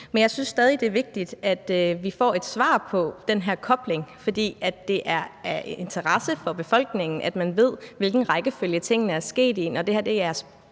Men jeg synes stadig, det er vigtigt, at vi får et svar på den her kobling, for det er af interesse for befolkningen, at man ved, hvilken rækkefølge tingene er sket i, når det her er